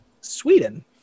Sweden